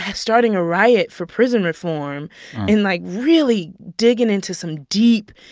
starting a riot for prison reform and, like, really digging into some deep,